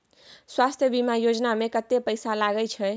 स्वास्थ बीमा योजना में कत्ते पैसा लगय छै?